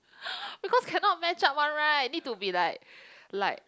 because cannot match up one right need to be like like